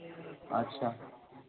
अच्छा